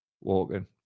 walking